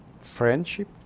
friendship